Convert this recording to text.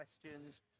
questions